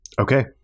Okay